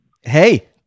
Hey